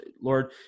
Lord